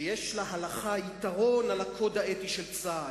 שיש להלכה יתרון על הקוד האתי של צה"ל,